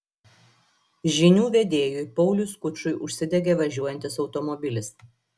žinių vedėjui pauliui skučui užsidegė važiuojantis automobilis